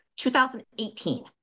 2018